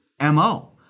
MO